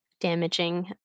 damaging